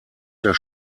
der